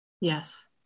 Yes